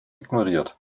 ignoriert